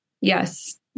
Yes